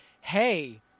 hey